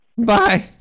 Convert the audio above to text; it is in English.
bye